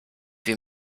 wie